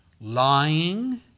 lying